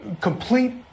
complete